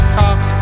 cock